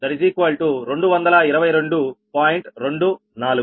అదేవిధంగా bk4×5